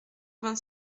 vingt